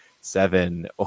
Seven